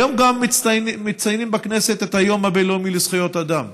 היום גם מציינים בכנסת את היום הבין-לאומי לזכויות אדם.